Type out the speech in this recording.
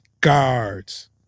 guards